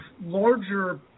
larger